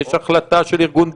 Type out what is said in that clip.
יש החלטה של ארגון בין-לאומי,